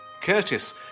Curtis